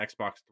Xbox